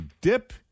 dip